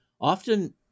often